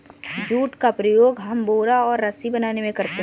jute का उपयोग हम बोरा और रस्सी बनाने में करते हैं